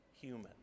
human